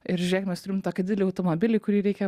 ir žiūrėk mes turim tokį didelį automobilį kurį reikia